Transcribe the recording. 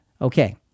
Okay